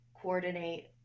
coordinate